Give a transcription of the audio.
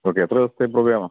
okay എത്ര ദിവസത്തെ പ്രോഗ്രാമാണ്